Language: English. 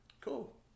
Cool